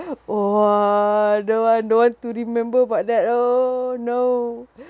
!wah! don't want don't want to remember about that oh no